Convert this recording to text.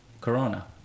Corona